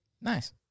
Nice